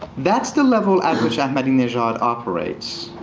that's the level at which ahmadinejad operates.